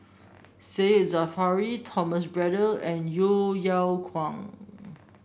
Said Zahari Thomas Braddell and Yeo Yeow Kwang